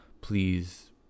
Please